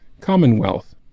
commonwealth